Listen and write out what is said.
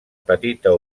petita